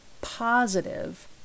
positive